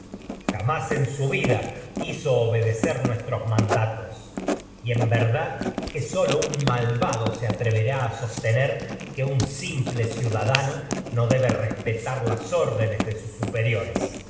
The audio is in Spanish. jamás en y vida quiso obedecer nuestros mandatos en vertragedias de sófocles dad que sólo un malvado no se atreverá a sostener que un simple ciudadano debe respetar las órdenes de sus superiores